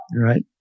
right